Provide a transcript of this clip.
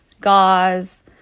gauze